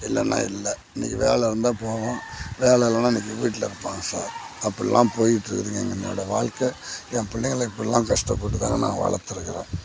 இல்லைன்னா இல்லை இன்றைக்கி வேலை இருந்தால் போவான் வேல இல்லைன்னா இன்றைக்கி வீட்டில் இருப்பாங்க சார் அப்பல்லாம் போயிட்டுருக்குதுங்க இங்கே என்னோடய வாழ்க்கை என் பிள்ளைங்களுக்கு இப்பல்லாம் கஷ்டப்பட்டு தாங்க நான் வளர்த்துருக்கறேன்